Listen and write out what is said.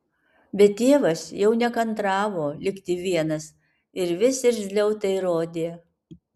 bet tėvas jau nekantravo likti vienas ir vis irzliau tai rodė